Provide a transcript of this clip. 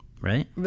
right